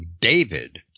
David